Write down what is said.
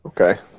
Okay